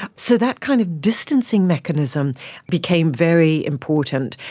so that kind of distancing mechanism became very important.